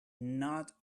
not